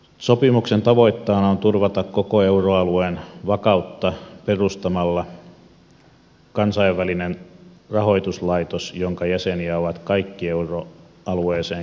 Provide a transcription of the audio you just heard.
sopimuksen tavoitteena on turvata koko euroalueen vakautta perustamalla kansainvälinen rahoituslaitos jonka jäseniä ovat kaikki euroalueeseen kuuluvat maat